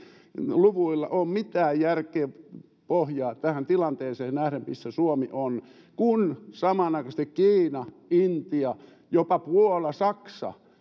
luvuilla ole mitään järkipohjaa tähän tilanteeseen nähden missä suomi on kun samanaikaisesti kiina intia jopa puola saksa